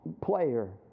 player